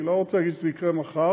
אני לא רוצה להגיד שזה יקרה מחר,